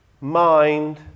mind